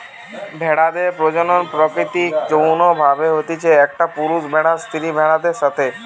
ভেড়াদের প্রজনন প্রাকৃতিক যৌন্য ভাবে হতিছে, একটা পুরুষ ভেড়ার স্ত্রী ভেড়াদের সাথে